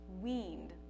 weaned